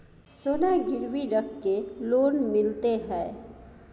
सोना गिरवी रख के लोन मिलते है?